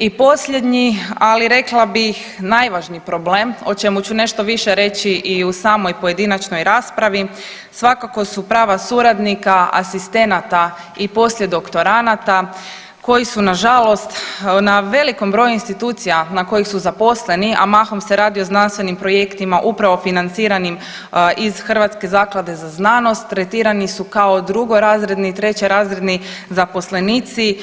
I posljednji, ali rekla bih najvažniji problem, o čemu ću nešto više i u samoj pojedinačnoj raspravi, svakako su prava suradnika, asistenata i poslije doktoranata koji su nažalost na velikom broju institucija na koji su zaposleni, a mahom se radi o znanstvenim projektima upravo financiranim iz HRZZ-a tretirani su kao drugorazredni i trećerazredni zaposlenici